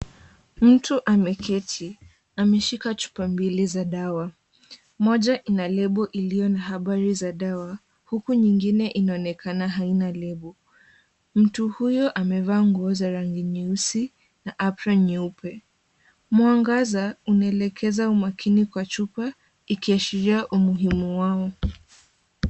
Mtu ameketi. Ameshika chupa mbili za dawa. Moja ina lebo iliyo na habari za dawa huku nyingine inaonekana haina lebo. Mtu huyo amevaa nguo za rangi nyeusi na aproni nyeupe. Mwangaza unaelekeza umakini kwa chupa ikiashiria umuhimu wao.